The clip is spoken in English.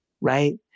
Right